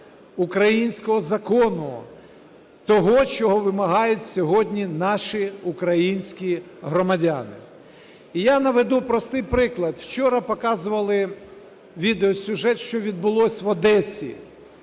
українського закону – того, чого вимагають сьогодні наші українські громадяни. І я наведу простий приклад. Вчора показували відеосюжет, що відбулось в Одесі,